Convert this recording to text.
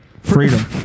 Freedom